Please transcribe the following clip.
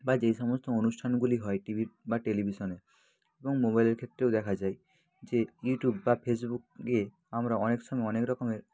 বা যেই সমস্ত অনুষ্ঠানগুলি হয় টিভি বা টেলিভিশনে এবং মোবাইলের ক্ষেত্রেও দেখা যায় যে ইউটিউব ফেসবুক গিয়ে আমরা অনেক সময় অনেক রকমের